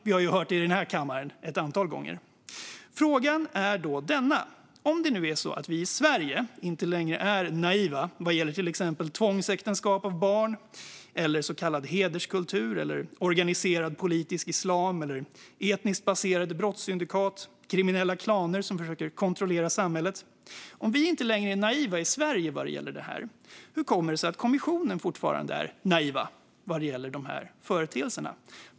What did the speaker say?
Vi har hört det i den här kammaren ett antal gånger. Frågan är då denna: Om det nu är så att vi i Sverige inte längre är naiva vad gäller till exempel tvångsäktenskap med barn, så kallad hederskultur, organiserad politisk islam eller etniskt baserade brottssyndikat och kriminella klaner som försöker kontrollera samhället, hur kommer det sig då att kommissionen fortfarande är naiv vad gäller dessa företeelser?